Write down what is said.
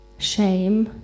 Shame